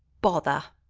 bother!